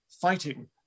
fighting